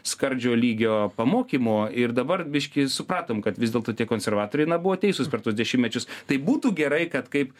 skardžio lygio pamokymo ir dabar biškį supratom kad vis dėlto tie konservatoriai na buvo teisūs per tuos dešimtmečius tai būtų gerai kad kaip